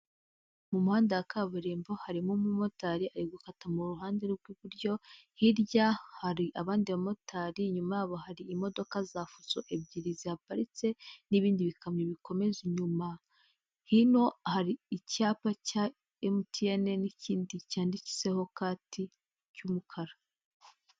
Mu muhanda wa kaburimbo harimo umumotari ari gukata mu ruhande rw'iburyo, hirya hari abandi bamotari inyuma yabo hari imodoka za Fuso ebyiri zihaparitse n'ibindi bikamyo bikomeza inyuma, hino hari icyapa cya Emutiyene n'ikindi cyanditseho kati cy'umukara.